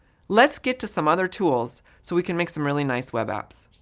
let's get to some other tools so we can make some really nice web apps.